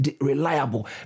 reliable